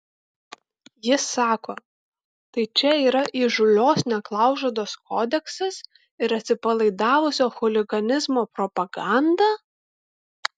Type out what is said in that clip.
jis sako tai čia yra įžūlios neklaužados kodeksas ir atsipalaidavusio chuliganizmo propaganda